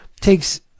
takes